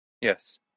Yes